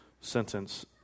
sentence